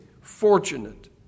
fortunate